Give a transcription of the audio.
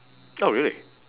oh really